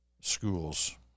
schools